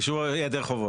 אישור עירייה להיעדר חובות.